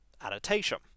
Annotation